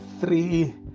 three